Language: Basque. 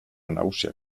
nagusiak